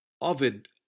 Ovid